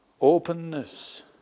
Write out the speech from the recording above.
openness